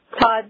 Todd